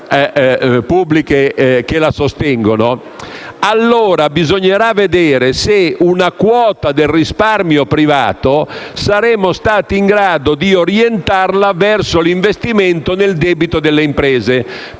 allora bisognerà vedere se una quota del risparmio privato saremo stati in grado di orientarla verso l'investimento nel debito delle imprese.